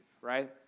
right